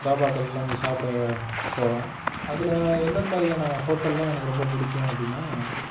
தாபாக்களெல்லாம் போய் சாப்பிட போவேன் அதில் எந்தெந்த மாதிரியான ஹோட்டலெல்லாம் எனக்கு ரொம்ப பிடிக்கும் அப்படின்னா